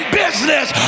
business